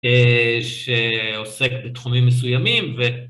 שעוסק בתחומים מסוימים ו...